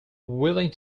willing